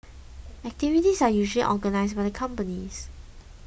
activities are usually organised by the companies